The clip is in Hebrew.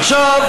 עכשיו,